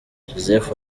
joseph